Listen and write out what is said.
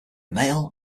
male